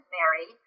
Mary